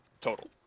Total